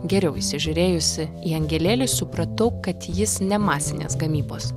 geriau įsižiūrėjusi į angelėlį supratau kad jis ne masinės gamybos